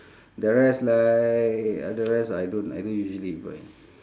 the rest like uh the rest I don't I don't usually buy